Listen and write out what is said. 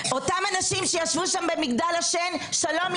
אותם אנשים שישבו שם, במגדל השן שלום.